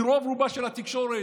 מרוב-רובה של התקשורת,